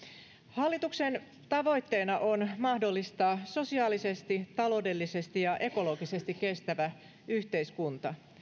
hallituksen tavoitteena on mahdollistaa sosiaalisesti taloudellisesti ja ekologisesti kestävä yhteiskunta